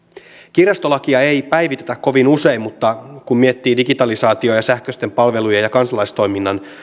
kirjastolakia ei päivitetä kovin usein mutta kun miettii digitalisaatiota ja sähköisten palvelujen ja kansalaistoiminnan